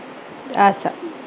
Assam